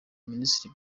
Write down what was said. minisitiri